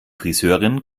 friseurin